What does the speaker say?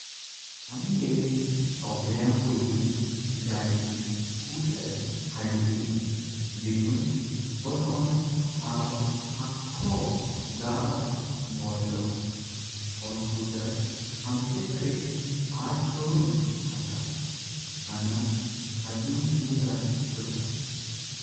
आमगेर सगळ्यान पहली गाडी स्कूटर हाडिली जितून बसून हांव अखो। गांव भोलों हो स्कूटर आमचेकडे आजपर्यंत आसां आना उजार करता।